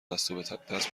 دست